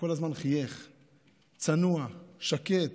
כל הזמן חייך, צנוע, שקט,